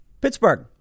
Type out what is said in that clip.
Pittsburgh